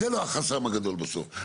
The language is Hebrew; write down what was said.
זה לא החסם הגדול בסוף.